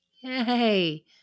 yay